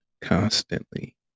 constantly